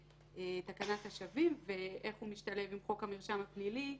תקנת השבים ואיך הוא משתלב עם חוק המרשם הפלילי,